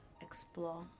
explore